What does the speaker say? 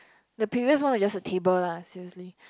the previous one was just a table lah seriously